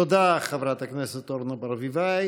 תודה, חברת הכנסת אורנה ברביבאי.